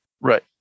right